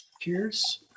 Cheers